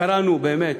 וקראנו באמת,